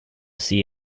see